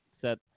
set